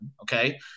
okay